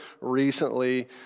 recently